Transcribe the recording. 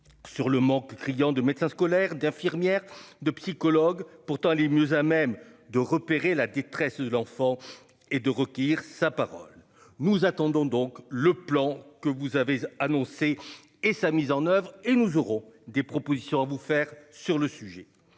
Sur le manque criant de médecins scolaires d'infirmières, de psychologues, pourtant les mieux à même de repérer la détresse de l'enfant et de recueillir sa parole. Nous attendons donc le plan que vous avez annoncé et sa mise en oeuvre et nous aurons des propositions à vous faire sur le sujet.